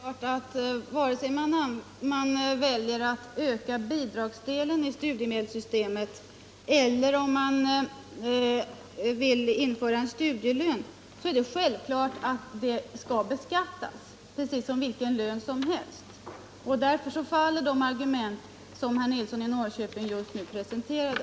Herr talman! Vare sig man väljer att öka bidragsdelen i studiemedelssystemet eller vill införa studielön, är det självklart att detta skall beskattas precis som vilken lön som helst. Därför faller de argument som herr Nilsson i Norrköping just nu presenterade.